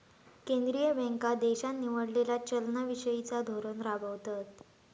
केंद्रीय बँका देशान निवडलेला चलना विषयिचा धोरण राबवतत